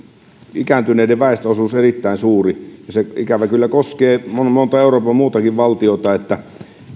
ikääntyneiden väestöosuus erittäin suuri ja se ikävä kyllä koskee montaa muutakin euroopan valtiota ja